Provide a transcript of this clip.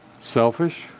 selfish